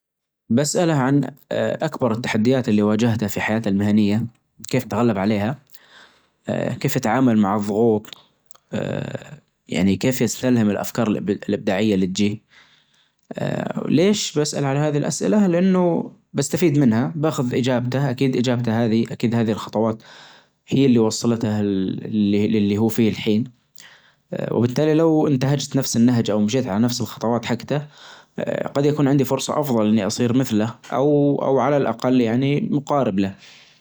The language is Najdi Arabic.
الآلات ممكن تنتج فن، لكن الفن الحجيجي هو جهد بشري بشكل أساسي ليش ؟ لأن الفن يعتمد على الإبداع والمشاعر اللي يعبر عنها الإنسان، أما الآلات فهي تجدر تقلد أو تنتج بناءً على بيانات وبرمجة، لكنها ما تملك الإحساس أو التجربة الشخصية اللي تظفي روح الفن.